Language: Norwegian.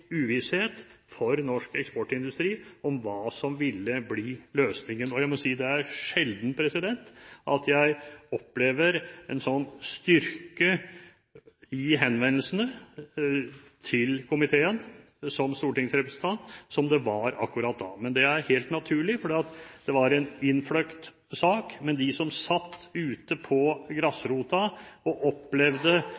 for norsk eksportindustri om hva som ville bli løsningen. Det er sjelden jeg som stortingsrepresentant opplever en slik styrke i henvendelsene til komiteen som det det var akkurat da. Men det er helt naturlig, fordi det var en innfløkt sak. Men de som satt ute på